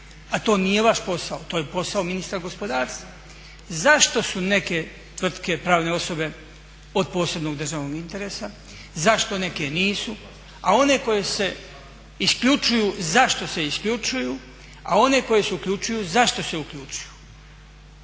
a to nije vaš posao, to je posao ministra gospodarstva, zašto su neke tvrtke, pravne osobe od posebnog državnog interesa, zašto neke nisu, a one koje se isključuju zašto se isključuju, a one koje se uključuju zašto se uključuju.